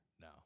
No